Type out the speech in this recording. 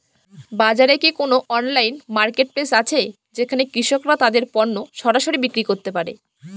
বাজারে কি কোন অনলাইন মার্কেটপ্লেস আছে যেখানে কৃষকরা তাদের পণ্য সরাসরি বিক্রি করতে পারে?